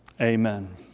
Amen